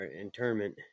interment